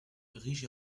riche